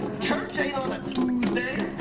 church ain't on a tuesday.